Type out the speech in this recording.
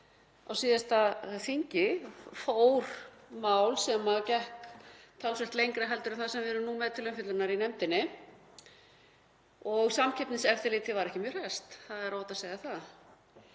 á síðasta þingi fór mál sem gekk talsvert lengra en það sem við erum nú með til umfjöllunar í nefndinni og Samkeppniseftirlitið var ekki mjög hresst, það er óhætt að segja það.